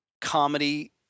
comedy